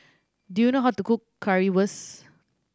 do you know how to cook Currywurst